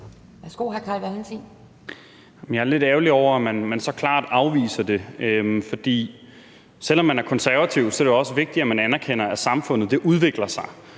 Jeg er lidt ærgerlig over, at man så klart afviser det. For selv om man er konservativ, er det jo også vigtigt, at man anerkender, at samfundet udvikler sig,